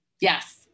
Yes